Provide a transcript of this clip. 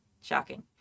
shocking